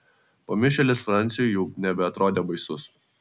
pamišėlis franciui jau nebeatrodė baisus